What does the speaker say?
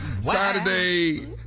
Saturday